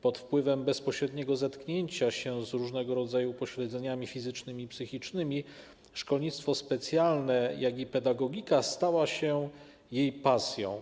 Pod wpływem bezpośredniego zetknięcia się z różnego rodzaju upośledzeniami fizycznymi i psychicznymi szkolnictwo specjalne, jak i pedagogika stały się jej pasją.